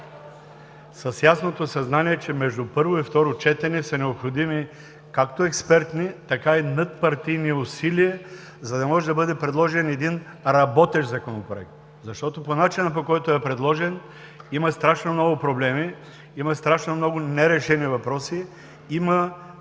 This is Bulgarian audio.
С ясното съзнание, че между първо и второ четене са необходими както експертни, така и надпартийни усилия, за да може да бъде предложен един работещ законопроект. Защото по начина, по който е предложен, има страшно много проблеми, има страшно много нерешени въпроси, има